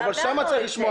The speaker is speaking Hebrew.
הבנו את זה.